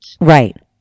Right